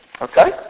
Okay